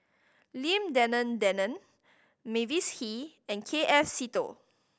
Lim Denan Denon Mavis Hee and K F Seetoh